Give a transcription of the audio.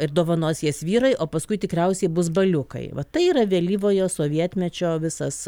ir dovanos jas vyrai o paskui tikriausiai bus baliukai va tai yra vėlyvojo sovietmečio visas